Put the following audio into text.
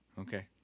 Okay